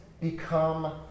become